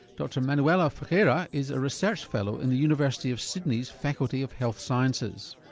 dr manuela ferreira is a research fellow in the university of sydney's faculty of health sciences.